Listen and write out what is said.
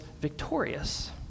victorious